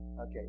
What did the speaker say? Okay